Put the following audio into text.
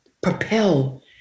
propel